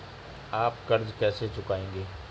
आप कर्ज कैसे चुकाएंगे?